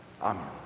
Amen